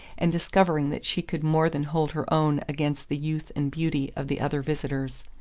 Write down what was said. and discovering that she could more than hold her own against the youth and beauty of the other visitors.